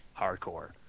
hardcore